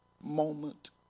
moment